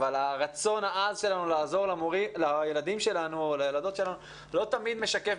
אבל הרצון העז שלנו לעזור לילדים או לילדות שלנו לא תמיד משקף